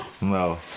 No